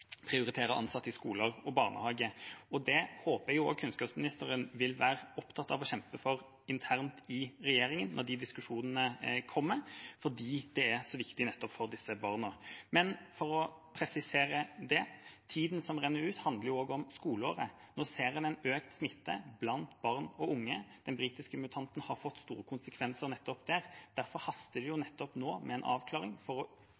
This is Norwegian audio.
Det håper jeg kunnskapsministeren vil være opptatt av og kjempe for internt i regjeringa når de diskusjonene kommer, fordi det er så viktig nettopp for disse barna. Men for å presisere det: Tida som renner ut, handler også om skoleåret. Nå ser en økt smitte blant barn og unge. Den britiske mutanten har fått store konsekvenser nettopp der. Derfor haster det